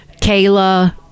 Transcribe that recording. Kayla